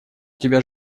тебя